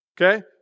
Okay